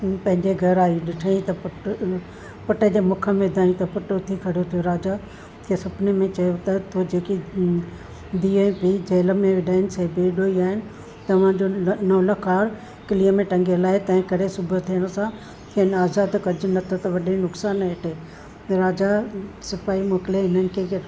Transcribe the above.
पंहिंजे घरु आई ॾिठईं त पुटु जे मुख में विधईं त पुटु उथी खड़ो थियो राजा खे सुपिने में चयो त तूं जेकी धीअ बि जेल में विधईं सा बेॾोही आहिनि तव्हांजो नौलखो हार किलीअ में टंगियलु आहे तंहिं करे सुबुह थियण सां खेनि आज़ादु कजो न त त वॾे नुक़सान हेठि राजा सिपाही मोकिले हिननि खे